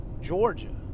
Georgia